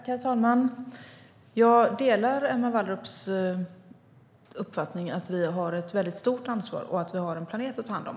Herr talman! Jag delar Emma Wallrups uppfattning att vi har ett stort ansvar och att vi har en planet att ta hand om.